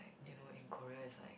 you know in Korea it's like